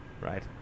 right